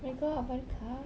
my god buttercup